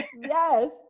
Yes